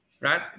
right